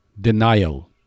Denial